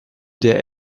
der